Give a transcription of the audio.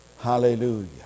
Hallelujah